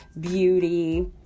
beauty